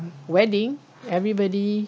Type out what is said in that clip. wedding everybody